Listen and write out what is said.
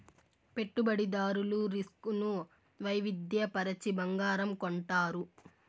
పెట్టుబడిదారులు రిస్క్ ను వైవిధ్య పరచి బంగారం కొంటారు